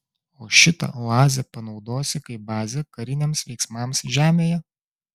o šitą oazę panaudosi kaip bazę kariniams veiksmams žemėje